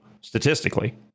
statistically